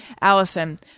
Allison